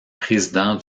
président